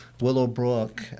Willowbrook